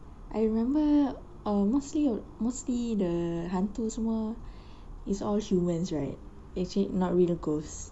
I remember uh mostly mostly the hantu semua is all humans right is it not really ghost